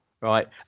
right